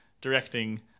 directing